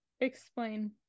Explain